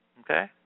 okay